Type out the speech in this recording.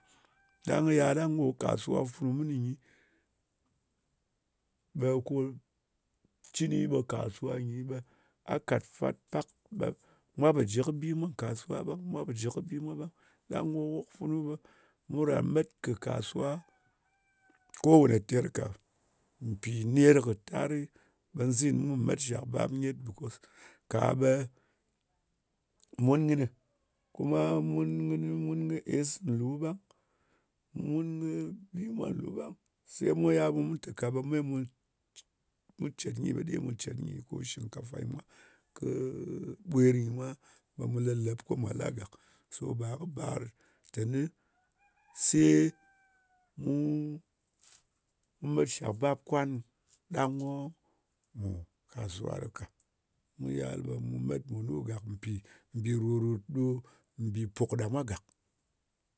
ɗang ya ɗang ko kasuwa funu mɨnɨ nyi, ɓe cɨni ɓe kasuwa nyi, ɓe a kàt fwat. Pak ɓe mwa pò ji kɨ bi mwa nkasuwa ɓang. Mwa pò ji kɨ bi mwa ɓang. Ɗang ko wok funu ɓe mu ran met kɨ kasuwa ko wane ter ka. Mpì ner kɨ tari, ɓe nzin kùm met shak bap nyet. Bɛcause, ka ɓe mun kɨnɨ. Kuma mun kɨ es nlu ɓang. Mun kɨ bi mwa nlu ɓang. Se kɨ yal ɓe mu tè ka ɓe me mu cèt nyi, ɓe ɗer ɓe mu cèt nyi. Ko shingkafa nyɨ mwa, kɨ ɓwer nyɨ mwa, ɓe mu lelep ko mwà la gàk. So ɗa kɨ bar teni se mu met shak bap kwan ɗang ko mù rù nkàuwa ɗɨ ka. Mu yal ɓe mu met munu gàk, mpi mbì rò-ròt, mbì pùk ɗa mwa gàk.